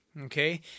okay